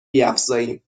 بیفزاییم